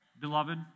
beloved